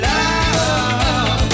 Love